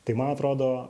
tai man atrodo